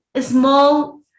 small